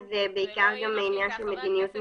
וזה בעיקר עניין של מדיניות מקצועית.